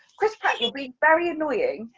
chris pratt you're being very annoying.